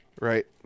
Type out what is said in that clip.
right